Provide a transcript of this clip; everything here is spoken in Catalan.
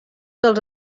dels